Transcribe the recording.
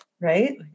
Right